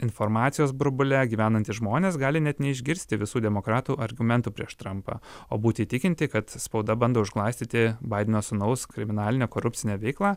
informacijos burbule gyvenantys žmonės gali net neišgirsti visų demokratų argumentų prieš trampą o būti įtikinti kad spauda bando užglaistyti baideno sūnaus kriminalinę korupcinę veiklą